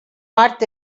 part